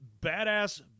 Badass